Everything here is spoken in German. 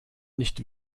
nicht